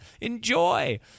Enjoy